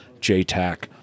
JTAC